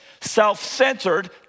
self-centered